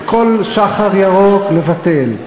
את כל "שח"ר ירוק" לבטל,